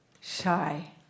shy